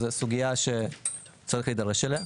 אז זו סוגיה שצריך להידרש אליה.